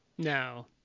No